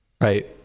right